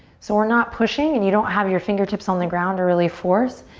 so we're not pushing and you don't have your fingertips on the ground or really force,